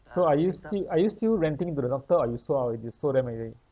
so are you still are you still renting to the doctor or you sold out already you sold them already